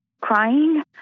crying